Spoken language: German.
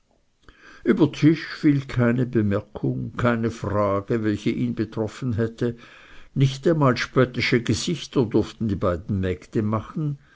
tisch fiel keine bemerkung keine frage welche ihn betroffen hätte nicht einmal spöttische gesichter durften die beiden mägde machen